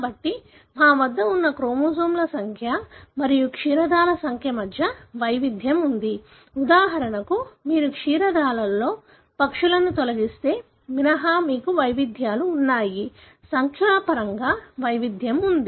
కాబట్టి మా వద్ద ఉన్న క్రోమోజోమ్ ల సంఖ్య మరియు క్షీరదాల మధ్య మీకు వైవిధ్యం ఉంది ఉదాహరణకు మీరు క్షీరదాలలో పక్షులను తొలగిస్తే మినహా మాకు వైవిధ్యాలు ఉన్నాయి సంఖ్యల పరంగా వైవిధ్యం ఉంది